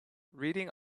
reading